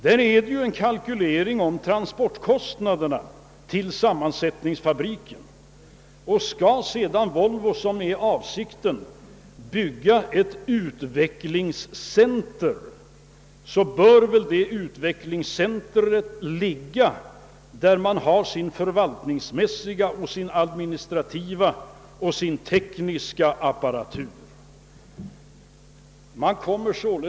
Det blir alltså fråga om en kalkylering av kostnaderna för transport till sammansättningsfabriken. Skall Volvo, som är avsikten, bygga ett utvecklingscenter, bör väl detta ligga där den förvaltningsmässiga, administrativa och tekniska organisationen är förlagd.